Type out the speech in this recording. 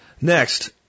Next